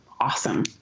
awesome